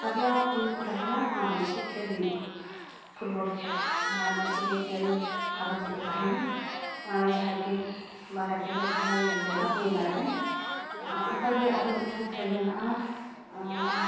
ᱵᱟᱨᱭᱟ ᱠᱚ ᱛᱟᱦᱮᱱᱟ ᱚᱱᱟ ᱵᱤᱪᱨᱮ ᱠᱷᱮᱹᱞ ᱦᱩᱭᱩᱜᱼᱟ ᱠᱷᱮᱹᱞ ᱚᱱᱟ ᱵᱤᱪᱨᱮ ᱠᱷᱮᱹᱞ ᱦᱟᱨᱟᱣ ᱡᱤᱛᱟᱹᱣ ᱛᱟᱦᱮᱱᱟ ᱚᱱᱟᱨᱮ ᱡᱟᱦᱟᱸ ᱠᱤᱱ ᱵᱟᱨᱭᱟ ᱨᱮ ᱡᱟᱦᱟᱸᱭᱮ ᱜᱳᱞᱟ ᱩᱱᱤ ᱫᱟᱲᱮᱭᱟᱜᱼᱟᱭ ᱚᱱᱠᱟ ᱜᱮ ᱟᱨᱦᱚᱸ ᱢᱤᱫᱴᱟᱝ ᱠᱷᱮᱹᱞ ᱢᱮᱱᱟᱜᱼᱟ ᱟᱨ